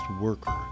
Worker